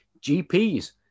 GPs